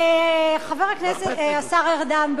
השר ארדן,